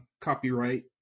copyright